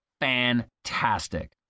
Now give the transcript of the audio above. Fantastic